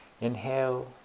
inhale